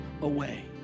away